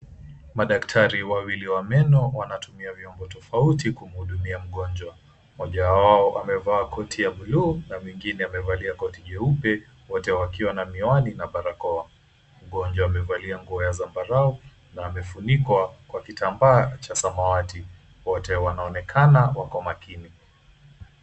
Madaktari wawili wa meno wanatumia viombo tofauti kumhudumia mgonjwa. Mmoja wao amevaa koti ya buluu na mwingine amevalia koti nyeupe. Wote wakiwa na miwani na barakoa. Mgonjwa amevalia nguo ya zambarau na amefunikwa kwa kitambaa cha samawati wote wanaonekana wako makini.